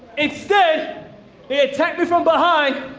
instead, he attacked me from behind,